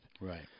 Right